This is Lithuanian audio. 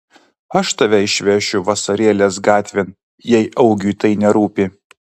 aš tave išvešiu vasarėlės gatvėn jei augiui tai nerūpi